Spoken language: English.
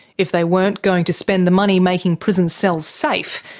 if they weren't going to spend the money making prison cells safe,